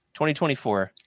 2024